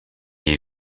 est